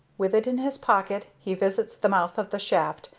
with it in his pocket he visits the mouth of the shaft,